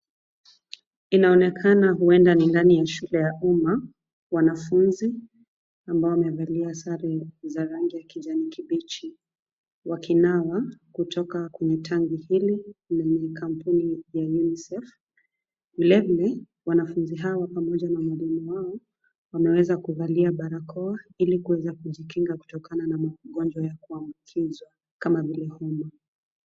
Inaonekana huenda ni ndani ya shule ya umma, wanafunzi ambao wamevalia sare za rangi ya kijani kibichi wakinawa kutoka kwenye tangi hili ni kampuni ya UNICEF. Vilevile, wanafunzi hawa pamoja na mwalimu wao wameweza kuvalia barakoa ili kuweza kujikinga kutokana na magonjwa kama vile homa.